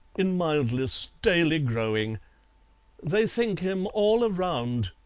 in mildness daily growing they think him, all around,